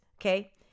Okay